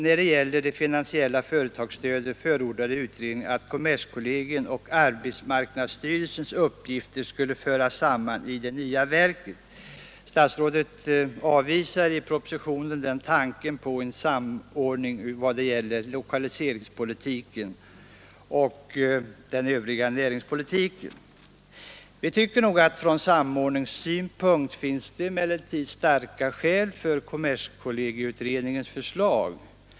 När det gäller det finansiella företagsstödet förordade utredningen att kommerskollegiums och arbetsmarknadsstyrelsens uppgifter skulle föras samman i det nya verket. Statsrådet avvisar i propositionen tanken på en sådan samordning av lokaliseringspolitiken och näringspolitiken i övrigt. Vi tycker emellertid att det från samordningssynpunkt finns starka skäl för kommerskollegieutredningens förslag.